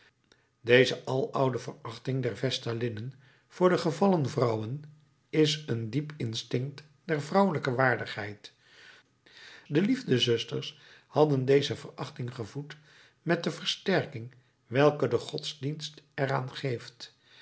deze aloude verachting der vestalinnen voor de gevallen vrouwen is een diep instinct der vrouwelijke waardigheid de liefdezusters hadden deze verachting gevoed met de versterking welke de godsdienst er aan geeft